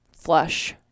flush